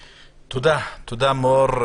מור,